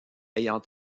ayant